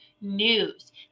news